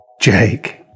Jake